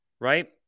right